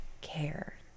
care